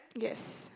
yes